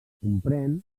comprèn